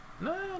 No